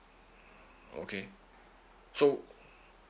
okay so